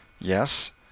Yes